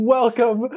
Welcome